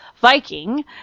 Viking